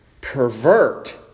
pervert